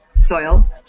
Soil